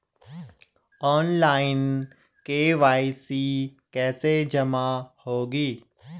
Online KYC कैसे जमा होगी?